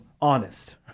honest